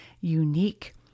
unique